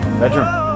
bedroom